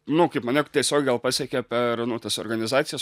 nu kaip mane tiesiog gal pasiekė per nu tas organizacijas